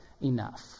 enough